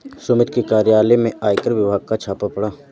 सुमित के कार्यालय में आयकर विभाग का छापा पड़ा